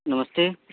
नमस्ते